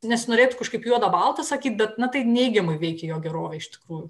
nesinorėtų kažkaip juoda balta sakyti bet tai neigiamai veikia jo gerovę iš tikrųjų